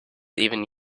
even